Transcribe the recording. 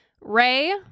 Ray